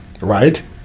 right